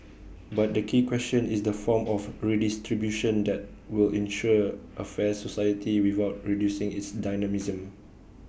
but the key question is the form of redistribution that will ensure A fair society without reducing its dynamism